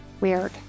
weird